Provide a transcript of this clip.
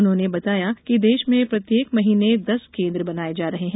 उन्होंने बताया कि देश में प्रत्येक महीने दस केन्द्र बनाए जा रहे हैं